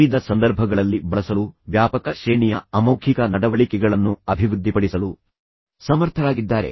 ವಿವಿಧ ಸಂದರ್ಭಗಳಲ್ಲಿ ಬಳಸಲು ವ್ಯಾಪಕ ಶ್ರೇಣಿಯ ಅಮೌಖಿಕ ನಡವಳಿಕೆಗಳನ್ನು ಅಭಿವೃದ್ಧಿಪಡಿಸಲು ಸಮರ್ಥರಾಗಿದ್ದಾರೆ